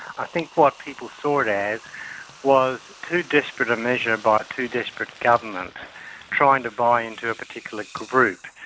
i think what people saw it as was too desperate a measure by too desperate government trying to buy into a particular group,